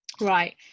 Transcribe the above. right